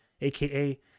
aka